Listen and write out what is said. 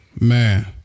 Man